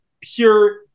pure